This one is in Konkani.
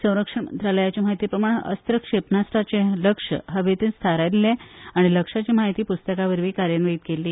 संरक्षण मंत्रालयाचे म्हायती प्रमाण अस्त्र क्षेपणास्त्राचे लक्ष हवेंतूच थारायिल्लें आनी लक्षाची म्हायती प्रस्तका वरवीं कार्यान्वीत जाल्ली